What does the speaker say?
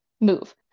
move